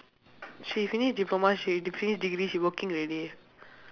she finish diploma she de~ finish degree she working already